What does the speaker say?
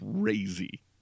crazy